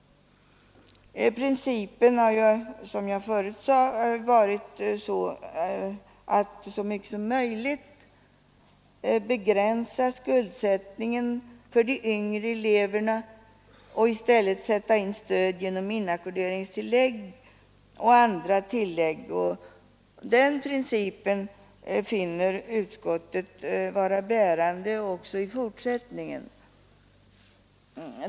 Principen har varit att så mycket som möjligt begränsa skuldsättningen för de yngre eleverna och i stället sätta in stöd genom inackorderingstillägg och andra tillägg, och den principen finner utskottet vara bärande också i fortsättningen.